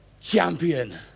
Champion